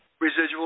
residual